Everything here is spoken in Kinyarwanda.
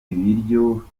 ibiryo